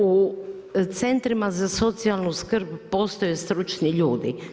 U Centrima za socijalnu skrb postoje stručni ljudi.